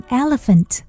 elephant